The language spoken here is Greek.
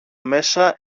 μέσα